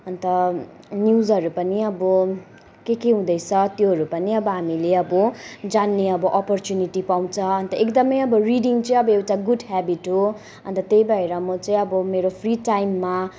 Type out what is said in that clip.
अन्त न्युजहरू पनि अब के के हुँदैछ त्योहरू पनि अब हामीले अब जान्ने अब अपर्चुनिटी पाउँछ अन्त एकदमै अब रिडिङ चाहिँ अब एउटा गुड ह्याबिट हो अन्त त्यही भएर म चाहिँ अब मेरो फ्री टाइममा